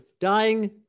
dying